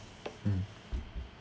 mm